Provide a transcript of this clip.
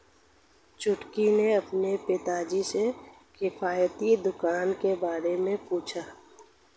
छुटकी ने अपने पिताजी से किफायती दुकान के बारे में पूछा